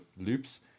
loops